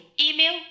Email